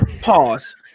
pause